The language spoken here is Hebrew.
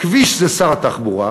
כביש זה שר התחבורה,